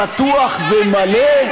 פתוח ומלא?